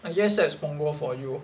err yes that's punggol for you